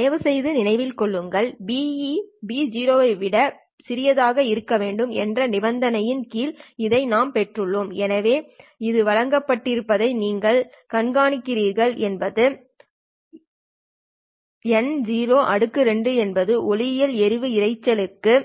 தயவுசெய்து நினைவில் கொள்ளுங்கள் Be B0 ஆக இருக்க வேண்டும் என்ற நிபந்தனையின் கீழ் இதை நாம் பெற்றுள்ளோம் எனவே இது வழங்கப்பட்டிருப்பதை நீங்கள் காண்கிறீர்கள் மற்றும் N02 என்பது ஒளியியல் எறிவு இரைச்சலுக்குள்